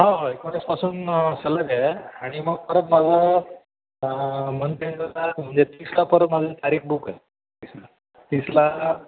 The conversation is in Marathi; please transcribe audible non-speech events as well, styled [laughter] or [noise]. हो हो एकोणीसपासून सलग आहे आणि मग परत माझा मंथएंड [unintelligible] म्हणजे तीसला परत माझी तारीख बुक आहे तीसला तीसला